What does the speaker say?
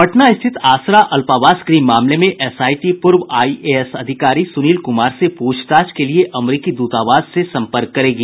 पटना रिथत आसरा अल्पावास गृह मामले में एसआईटी पूर्व आईएएस अधिकारी सुनील कुमार से पूछताछ के लिए अमरिकी दूतावास से सम्पर्क करेगी